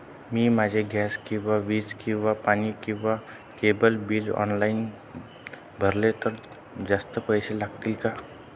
मी माझे गॅस किंवा वीज किंवा पाणी किंवा केबल बिल ऑनलाईन भरले तर जास्त पैसे लागतील का?